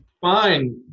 fine